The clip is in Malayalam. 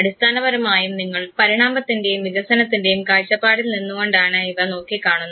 അടിസ്ഥാനപരമായും നിങ്ങൾ പരിണാമത്തിൻറെയും വികസനത്തിൻറെയും കാഴ്ചപ്പാടിൽ നിന്നു കൊണ്ടാണ് ഇവ നോക്കിക്കാണുന്നത്